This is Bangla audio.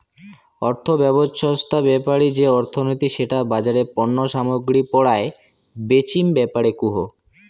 অর্থব্যবছস্থা বেপারি যে অর্থনীতি সেটা বাজারে পণ্য সামগ্রী পরায় বেচিম ব্যাপারে কুহ